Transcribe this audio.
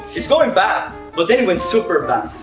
it's going bad, but then it went super bad